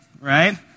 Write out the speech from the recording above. right